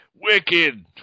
Wicked